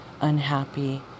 Unhappy